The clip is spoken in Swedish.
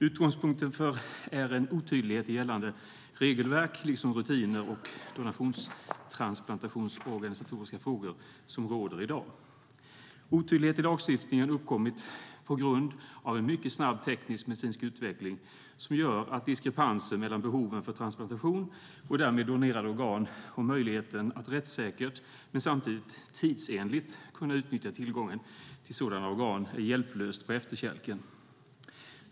Utgångspunkten är en otydlighet gällande regelverk liksom rutiner och donations och transplantationsorganisatoriska frågor som råder i dag. Otydligheten i lagstiftningen har uppkommit på grund av en mycket snabb teknisk-medicinsk utveckling som gör att diskrepansen mellan behoven av transplantation, och därmed donerade organ, och möjligheten att rättssäkert och samtidigt tidsenligt kunna utnyttja tillgången till sådana organ är hjälplöst på efterkälken.